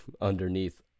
underneath